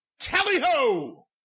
Tally-ho